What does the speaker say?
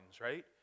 right